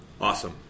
Awesome